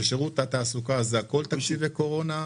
בשירות התעסוקה זה הכל תקציבי קורונה,